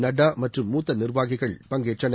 நட்டா மற்றும் மூத்த நிர்வாகிகள் பங்கேற்றனர்